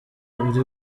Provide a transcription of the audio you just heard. uri